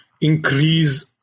increase